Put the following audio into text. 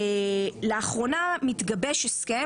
לאחרונה מתגבש הסכם,